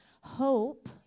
hope